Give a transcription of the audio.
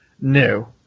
No